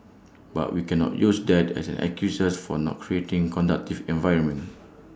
but we cannot use that as an excuse for not creating conducive environment